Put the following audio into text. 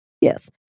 Yes